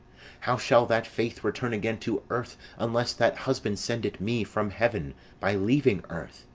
how shall that faith return again to earth unless that husband send it me from heaven by leaving earth?